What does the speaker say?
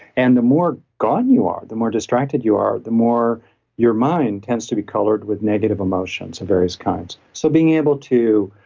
and the more gone you are, the more distracted you are, the more your mind tends to be colored with negative emotions of various kinds. so being able to